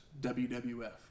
wwf